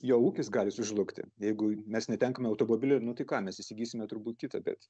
jo ūkis gali sužlugti jeigu mes netenkame automobilį nu tai ką mes įsigysime turbūt kitą bet